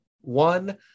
one